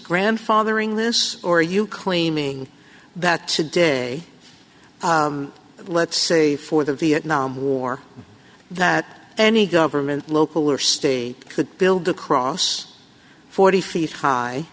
grandfathering this or are you claiming that today let's say for them vietnam war that any government local or state could build across forty feet high